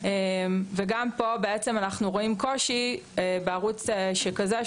וגם פה אנחנו רואים קושי בערוץ שכזה,